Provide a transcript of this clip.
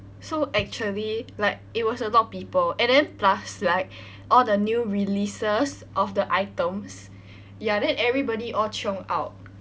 so actually like it was a lot of people and then plus like all the new releases of the items ya then everybody all chiong out